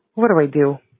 what do i do?